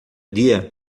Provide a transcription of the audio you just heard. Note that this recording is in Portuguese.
dia